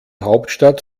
hauptstadt